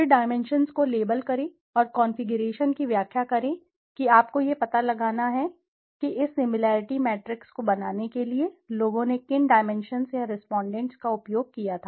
फिर डाइमेंशन्स को लेबल करें और कॉन्फ़िगरेशन की व्याख्या करें कि आपको यह पता लगाना है कि इस सिमिलैरिटी मैट्रिक्स को बनाने के लिए लोगों ने किन डाइमेंशन्स या रेस्पोंडेंट्स का उपयोग किया था